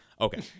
okay